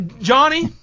Johnny